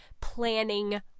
planning